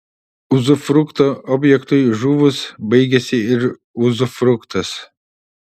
uzufrukto objektui žuvus baigiasi ir uzufruktas